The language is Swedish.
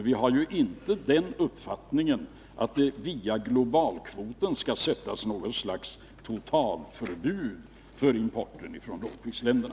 Vi har juinte den uppfattningen att det via globalkvot skall bli något totalförbud för importen från lågprisländerna.